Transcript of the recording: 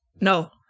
no